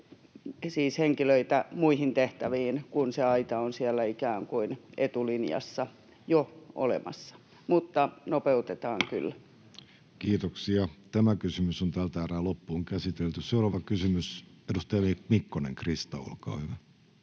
niitä henkilöitä muihin tehtäviin, kun se aita on siellä ikään kuin etulinjassa jo olemassa. Mutta nopeutetaan kyllä. Seuraava kysymys, edustaja Mikkonen, Krista, olkaa hyvä.